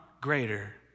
greater